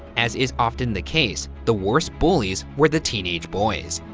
as is often the case, the worst bullies were the teenage boys.